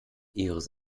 iris